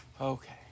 okay